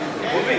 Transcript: אני